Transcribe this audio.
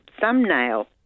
thumbnail